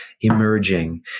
emerging